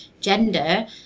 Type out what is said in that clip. gender